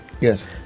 yes